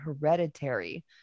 Hereditary